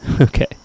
Okay